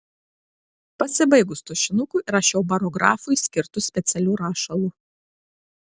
pasibaigus tušinukui rašiau barografui skirtu specialiu rašalu